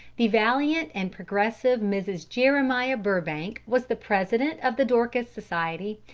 the valiant and progressive mrs. jeremiah burbank was the president of the dorcas society,